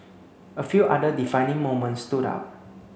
a few other defining moments stood out